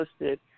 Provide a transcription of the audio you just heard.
listed